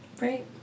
Right